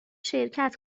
شرکت